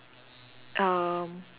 um